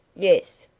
yes.